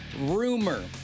rumor